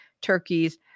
Turkey's